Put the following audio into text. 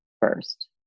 first